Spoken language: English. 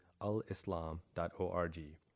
alislam.org